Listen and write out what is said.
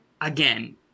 again